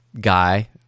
guy